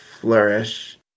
flourish